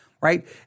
right